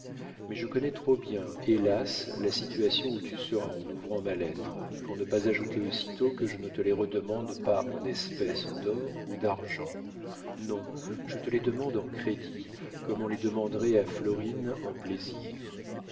mais je connais trop bien hélas la situation où tu seras en ouvrant ma lettre pour ne pas ajouter aussitôt que je ne te les redemande pas en espèces d'or ou d'argent non je te les demande en crédit comme on les demanderait à florine en plaisir